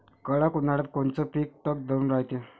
कडक उन्हाळ्यात कोनचं पिकं तग धरून रायते?